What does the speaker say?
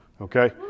Okay